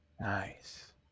nice